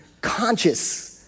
conscious